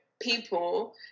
people